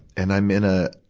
and i'm in a,